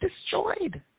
destroyed